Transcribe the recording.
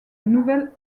nouvel